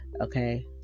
okay